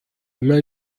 immer